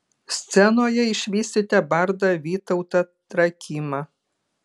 scenoje išvysite bardą vytautą trakymą